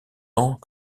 ans